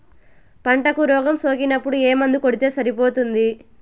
పంటకు రోగం సోకినపుడు ఏ మందు కొడితే సరిపోతుంది?